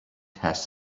has